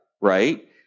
Right